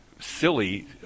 silly